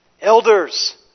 Elders